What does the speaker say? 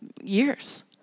years